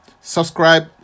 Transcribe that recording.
Subscribe